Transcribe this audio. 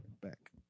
back